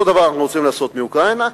אותו דבר אנחנו רוצים לעשות לגבי אוקראינה,